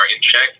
check